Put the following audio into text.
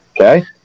Okay